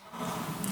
נכון?